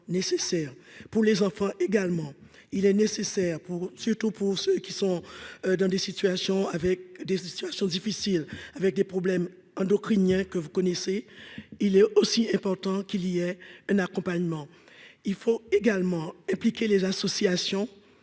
pour les enfants également, il est nécessaire pour, surtout pour ceux qui sont dans des situations avec des situations difficiles, avec des problèmes endocriniens, que vous connaissez, il est aussi important qu'il y ait un accompagnement, il faut également impliqué les associations